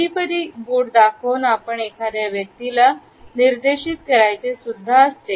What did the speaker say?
कधीकधी बोट दाखवून वापरून एखाद्या व्यक्तीला निर्देशित करायचे असते